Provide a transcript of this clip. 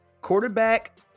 Quarterback